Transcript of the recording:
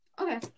Okay